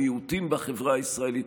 המיעוטים בחברה הישראלית,